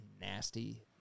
nasty